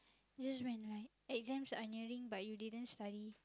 that's when like exams are nearing but you didn't study